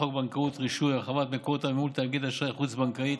הבנקאות (רישוי) (הרחבת מקורות המימון לתאגידי אשראי חוץ-בנקאי),